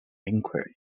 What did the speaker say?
inquiry